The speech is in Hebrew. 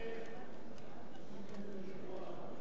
כי אני לא רוצה לערבב.